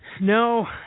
No